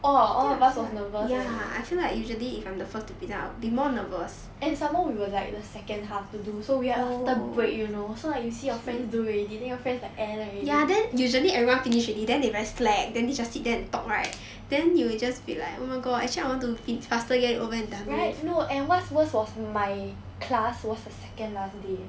orh all of us was nervous eh and some more we were like the second half to do so we are after break you know so like you see of friends do already then your friends like end already right no and what's worse was my class was the second last day